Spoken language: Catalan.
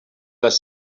les